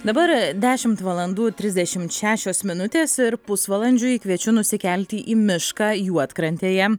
dabar dešimt valandų trisdešimt šešios minutės ir pusvalandžiui kviečiu nusikelti į mišką juodkrantėje